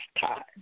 time